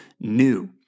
new